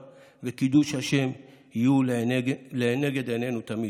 על קידוש השם יהיו לנגד עינינו תמיד.